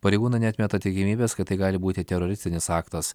pareigūnai neatmeta tikimybės kad tai gali būti teroristinis aktas